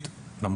עם